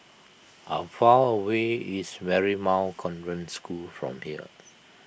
how far away is Marymount Convent School from here